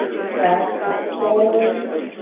axel forward.